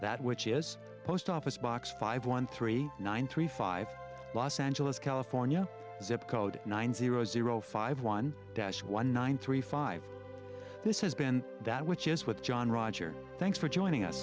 that which is post office box five one three nine three five los angeles california zip code nine zero zero five one dash one nine three five this has been that which is with john roger thanks for joining us